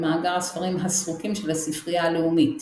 במאגר הספרים הסרוקים של הספרייה הלאומית